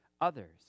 others